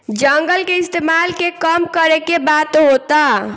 जंगल के इस्तेमाल के कम करे के बात होता